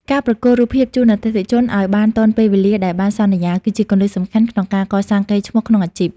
ការប្រគល់រូបភាពជូនអតិថិជនឱ្យបានទាន់ពេលវេលាដែលបានសន្យា គឺជាគន្លឹះសំខាន់ក្នុងការកសាងកេរ្តិ៍ឈ្មោះក្នុងអាជីព។